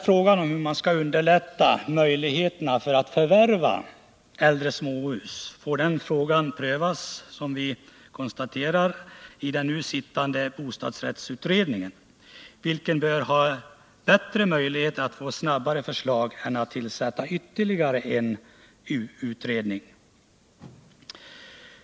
Frågan om att underlätta förvärv av äldre småhus får prövas av den nu sittande bostadsrättsutredningen, vilken bör ha bättre möjligheter att få fram snabba förslag än en nytillsatt ytterligare utredning.